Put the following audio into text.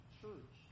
church